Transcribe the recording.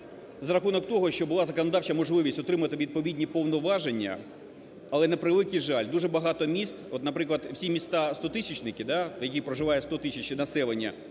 За рахунок того, що була законодавча можливість отримати відповідні повноваження, але, на превеликий жаль, дуже багато міст, от, наприклад, всі міста-стотисячники, да, в яких проживає 100 тисяч населення,